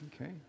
Okay